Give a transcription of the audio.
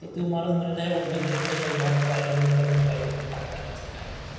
तर तो माणूस म्हणे नाही बा मी देत नाही माझी बायको आल्यानंतर मी पाहीन मी काय करायचं काय नाही तर